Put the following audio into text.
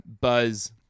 buzz